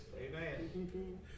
Amen